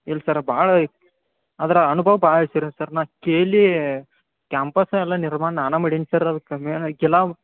ಇಲ್ಲ ಸರ್ ಭಾಳ ಅದರ ಅನ್ಭವ ಭಾಳ ಸರ್ ನಾ ಕೇಳಿ ಕ್ಯಾಂಪಸ್ ಎಲ್ಲ ನಿರ್ಮಾಣ ನಾನೇ ಮಾಡೀನಿ ಸರ್ ಅದು ಕಮ್ಮಿ ಅನ್ನಕಿಲ್ಲ